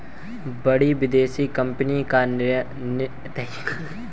बड़ी विदेशी कंपनी का निर्णयों में वोटिंग का अधिकार हमारे नियंत्रण को कमजोर करेगा